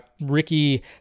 Ricky